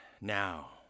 Now